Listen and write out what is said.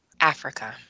Africa